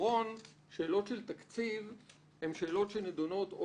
שבעיקרון שאלות של תקציב הן שאלות שנידונות או